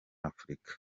afurika